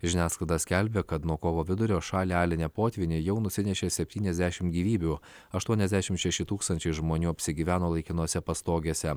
žiniasklaida skelbia kad nuo kovo vidurio šalį alinę potvyniai jau nusinešė septyniasdešim gyvybių aštuoniasdešim šeši tūkstančiai žmonių apsigyveno laikinose pastogėse